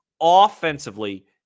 offensively